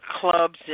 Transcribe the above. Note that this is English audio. clubs